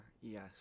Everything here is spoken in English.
yes